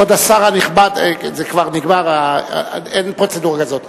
כבוד השר הנכבד, זה כבר נגמר, אין פרוצדורה כזאת.